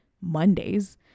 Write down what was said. Mondays